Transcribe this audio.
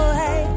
hey